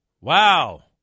Wow